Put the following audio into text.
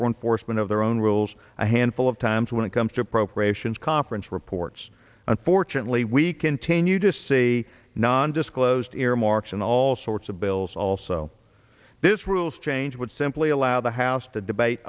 one forced one of their own rules a handful of times when it comes to appropriations conference reports unfortunately we continue to see non disclosed earmarks and all sorts of bills also this rules change would simply allow the house to debate